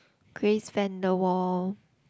Grace Vanderwaal